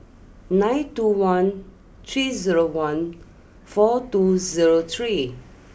nine two one three zero one four two zero three